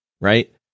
right